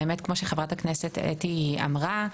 כמו שחברת הכנסת אתי אמרה,